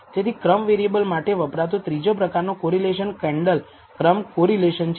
તેથી ક્રમ વેરિએબલ માટે વપરાતો ત્રીજા પ્રકારનો કોરિલેશન કેન્ડલ ક્રમ કોરિલેશન છે